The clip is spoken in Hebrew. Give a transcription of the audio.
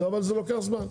אבל זה לוקח זמן.